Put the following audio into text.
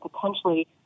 potentially